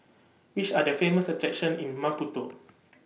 Which Are The Famous attractions in Maputo